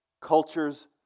culture's